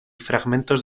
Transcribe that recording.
fragmentos